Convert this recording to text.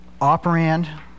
operand